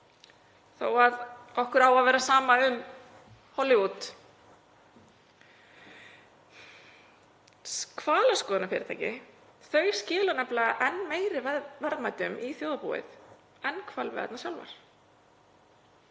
þó að okkur eigi að vera sama um Hollywood. Hvalaskoðunarfyrirtæki skila nefnilega enn meiri verðmætum í þjóðarbúið en hvalveiðarnar sjálfar.